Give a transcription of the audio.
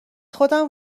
خودم